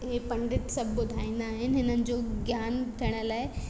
इहे पंडित सभु ॿुधाईंदा आहिनि हिननि जो ज्ञान थियण लाइ